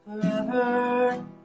forever